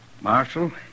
Marshal